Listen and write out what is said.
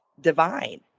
divine